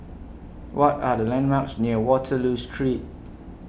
What Are The landmarks near Waterloo Street